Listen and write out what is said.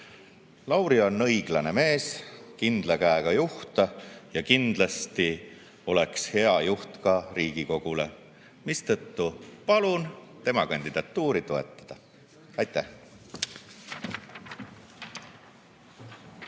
Lauri on õiglane mees, kindla käega juht ja kindlasti oleks hea juht ka Riigikogule, mistõttu palun tema kandidatuuri toetada. Aitäh!